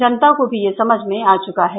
जनता को भी यह समझ में आ चुका है